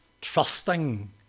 trusting